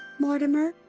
mortimer,